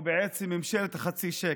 או בעצם ממשלת החצי שקל.